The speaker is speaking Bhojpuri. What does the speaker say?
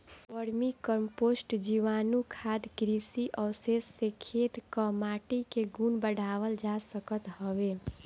वर्मी कम्पोस्ट, जीवाणुखाद, कृषि अवशेष से खेत कअ माटी के गुण बढ़ावल जा सकत हवे